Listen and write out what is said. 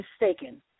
mistaken